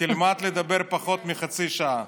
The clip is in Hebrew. תלמד לדבר פחות מחצי שעה.